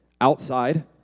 outside